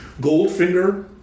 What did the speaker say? Goldfinger